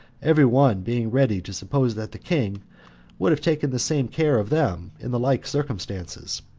every one being ready to suppose that the king would have taken the same care of them in the like circumstances,